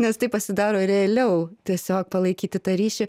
nes tai pasidaro realiau tiesiog palaikyti tą ryšį